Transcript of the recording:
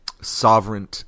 sovereign